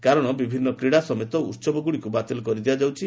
କାରଣ ବିଭିନ୍ନ କ୍ରୀଡ଼ା ସମେତ ଉସବଗୁଡ଼ିକୁ ବାତିଲ କରିଦିଆଯାଉଛି